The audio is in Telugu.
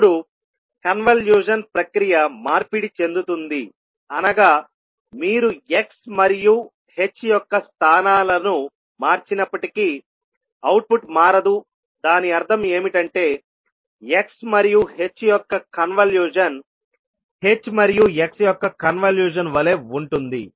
ఇప్పుడు కన్వల్యూషన్ ప్రక్రియ మార్పిడి చెందుతుందిఅనగా మీరు x మరియు h యొక్క స్థానాలను మార్చినప్పటికీ అవుట్పుట్ మారదు దాని అర్థం ఏమిటంటే x మరియు h యొక్క కన్వల్యూషన్ h మరియు x యొక్క కన్వల్యూషన్ వలె ఉంటుంది